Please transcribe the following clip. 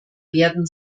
werden